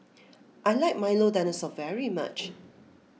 I like Milo Dinosaur very much